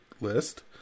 list